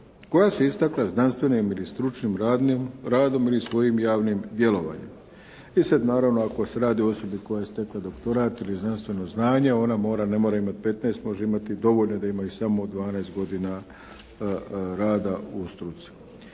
koja se istakla znanstvenim ili stručnim radom ili svojim javnim djelovanjem. E sad naravno, ako se radi o osobi koja je stekla doktorat ili znanstveno znanje, ona mora, ne mora imati 15, može imati dovoljno je da ima i samo 12 godina rada u struci.